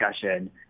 discussion